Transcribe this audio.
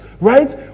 right